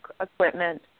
equipment